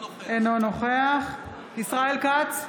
אינו נוכח ישראל כץ,